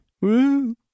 woo